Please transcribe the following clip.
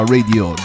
Radio